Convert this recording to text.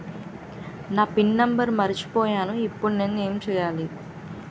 నా PIN number మర్చిపోయాను ఇప్పుడు నేను ఎంచేయాలి?